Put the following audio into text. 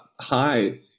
Hi